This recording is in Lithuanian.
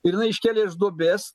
ir jinai iškėlė iš duobės